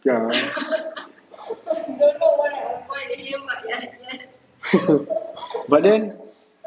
ya but then